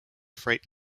freight